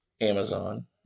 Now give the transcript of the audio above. Amazon